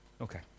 Okay